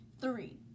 Three